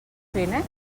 clínex